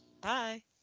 bye